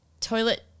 toilet